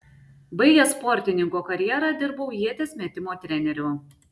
baigęs sportininko karjerą dirbau ieties metimo treneriu